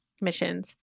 Missions